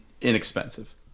inexpensive